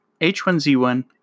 H1Z1